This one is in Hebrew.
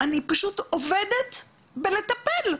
אני פשוט עובדת בלטפל.